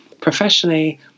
professionally